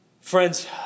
friends